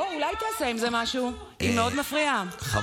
למה, מישהו שם משרת